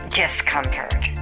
discomfort